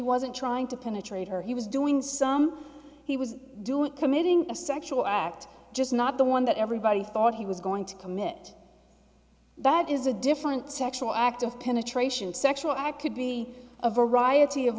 wasn't trying to penetrate her he was doing some he was doing committing a sexual act just not the one that everybody thought he was going to commit that is a different sexual act of penetration sexual act could be a variety of